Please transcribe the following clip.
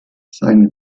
seine